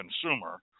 consumer